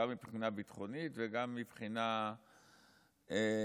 גם מבחינה ביטחונית וגם מבחינה חברתית.